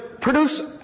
produce